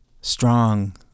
strong